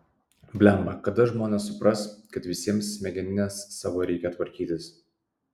blemba kada žmonės supras kad visiems smegenines savo reikia tvarkytis